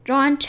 John